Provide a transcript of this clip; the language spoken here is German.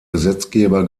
gesetzgeber